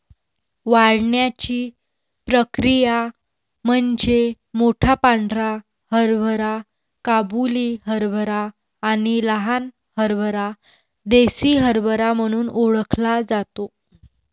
वाढण्याची प्रक्रिया म्हणजे मोठा पांढरा हरभरा काबुली हरभरा आणि लहान हरभरा देसी हरभरा म्हणून ओळखला जातो